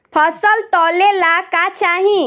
फसल तौले ला का चाही?